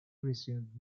resumed